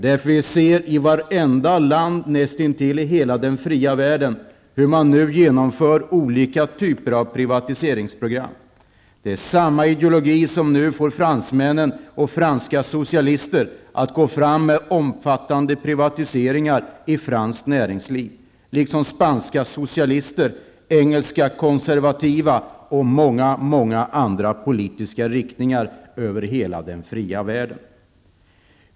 Det är därför som vi ser i näst intill vartenda land i den fria världen hur man nu genomför olika typer av privatiseringsprogram. Det är samma ideologi som nu får fransmännen och franska socialister att gå fram med omfattande privatiseringar i franskt näringsliv liksom spanska socialister, engelska konservativa och politiker av många olika politiska riktningar över hela den fria världen.